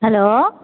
hello